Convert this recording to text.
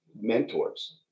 mentors